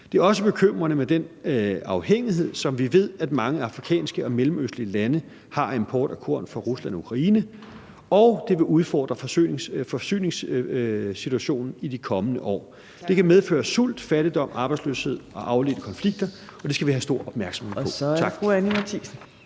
Det er også bekymrende med den afhængighed, som vi ved at mange afrikanske og mellemøstlige lande har af import af korn fra Rusland og Ukraine, og det vil udfordre forsyningssituationen i de kommende år. Det kan medføre sult, fattigdom, arbejdsløshed og afledte konflikter, og det skal vi have stor opmærksomhed på. Tak.